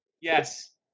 Yes